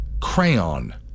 crayon